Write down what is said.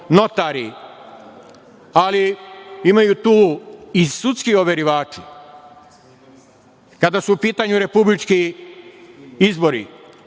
ali imaju tu i sudski overivači, kada su u pitanju republički izbori,